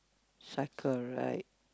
cycle right